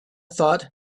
thought